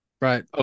right